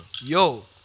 yo